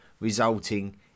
resulting